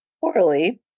poorly